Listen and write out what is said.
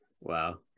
Wow